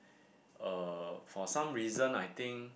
uh for some reason I think